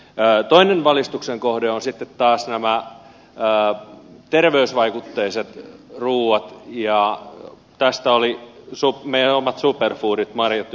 toinen valistuksen kohde ovat sitten terveysvaikutteiset ruuat meidän omat superfoodimme marjat ynnä muut